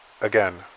again